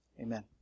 amen